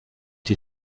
die